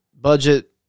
budget